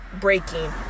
breaking